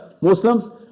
Muslims